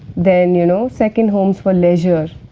then you know second homes for leisure,